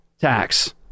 tax